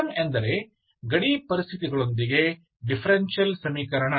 system ಎಂದರೆ ಗಡಿ ಪರಿಸ್ಥಿತಿಗಳೊಂದಿಗೆ ಡಿಫರೆನ್ಷಿಯಲ್ ಸಮೀಕರಣ